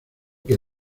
que